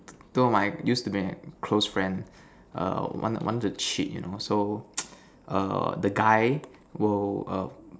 two of my used to be close friends err want to want to cheat you know so err the guy will err